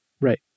Right